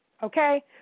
Okay